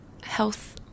health